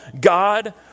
God